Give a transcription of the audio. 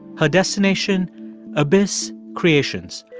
her destination abyss creations,